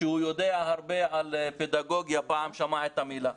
שיודע הרבה על פדגוגיה כי פעם הוא שמע את המילה.